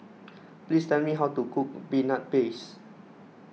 please tell me how to cook Peanut Paste